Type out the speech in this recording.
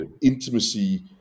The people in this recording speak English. intimacy